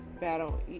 battle